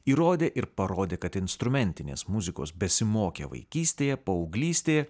įrodė ir parodė kad instrumentinės muzikos besimokę vaikystėje paauglystėje